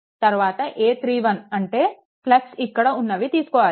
తరువాత a31 అంటే ఇక్కడ ఉన్నవి తీసుకోవాలి